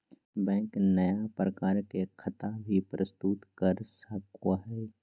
bank नया प्रकार के खता भी प्रस्तुत कर सको हइ